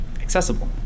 accessible